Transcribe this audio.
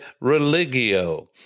religio